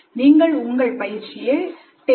நீங்கள் உங்கள் பயிற்சியை tale